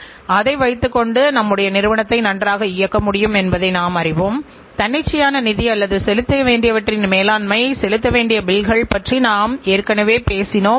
மேலும் ஒரு குறிப்பிட்ட காலப்பகுதியில் தயாரிப்புகளில் உள்ள குறைபாடுகளை நாம் குறைக்க முடிகிறது அல்லது அதைக் கட்டுப்படுத்தவது எளிதாக மாறுகின்றது